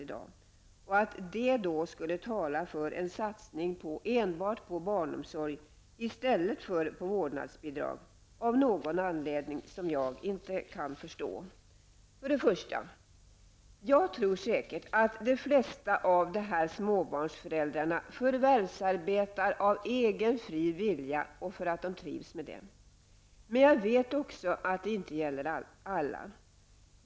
Det skulle då enligt majoritetens uppfattning tala för en satsning enbart på barnomsorgen i stället för vårdnadsbidrag -- av någon anledning som jag inte kan förstå. Jag tror för det första säkert att de flesta av de här småbarnsföräldrarna förvärvsarbetar av egen fri vilja och för att de trivs med det. Men jag vet också att det inte gäller alla.